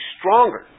stronger